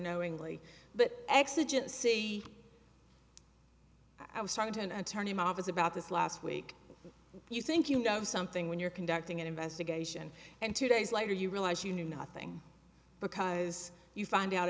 knowingly but exigent see i was talking to an attorney my office about this last week you think you know something when you're conducting an investigation and two days later you realize you knew nothing because you find out